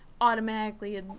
automatically